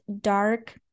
dark